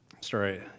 Sorry